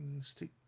Stick